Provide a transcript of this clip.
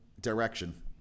direction